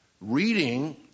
reading